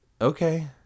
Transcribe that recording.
okay